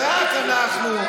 15 חברי כנסת,